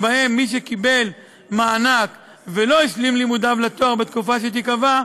שלפיה מי שקיבל מענק ולא השלים את לימודיו לתואר בתקופה שתיקבע,